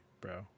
bro